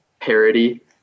parody